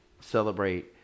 celebrate